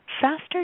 faster